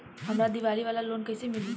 हमरा दीवाली वाला लोन कईसे मिली?